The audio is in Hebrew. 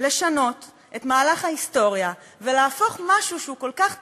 לשנות את מהלך ההיסטוריה ולהפוך משהו שהוא כל כך טבעי,